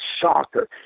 soccer